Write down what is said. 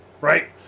Right